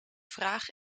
vraag